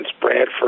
Bradford